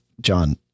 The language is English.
John